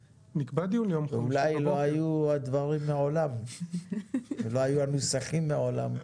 אולי לא היו הדברים מעולם ולא היו הנוסחים לעולם.